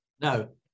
No